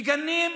וגנים,